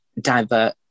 divert